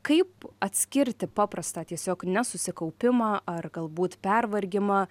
kaip atskirti paprastą tiesiog nesusikaupimą ar galbūt pervargimą